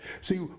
See